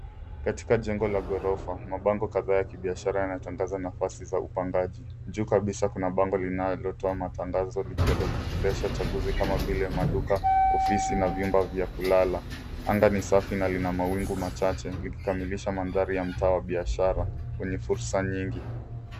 Katika jengo la ghorofa mabango kadhaa ya kibiashara yanatangaza nafasi za upandaji. Juu kabisa kuna bango linalotoa matangazo likiorodhesha chaguzi kama vile maduka, ofisi na vyumba vya kulala. Anga ni safi na lina wawingu machache vikikamilisha mandhari ya mtaa wa biashara wenye fursa nyingi.